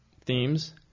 themes